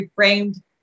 reframed